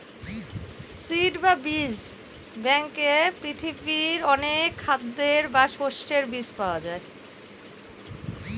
seed বা বীজ ব্যাঙ্কে পৃথিবীর অনেক খাদ্যের বা শস্যের বীজ পাওয়া যায়